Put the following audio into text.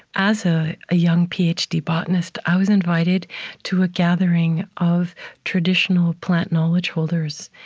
as ah a young ph d. botanist, i was invited to a gathering of traditional plant knowledge holders.